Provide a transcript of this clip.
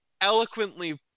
eloquently